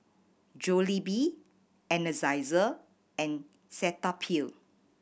Jollibee Energizer and Cetaphil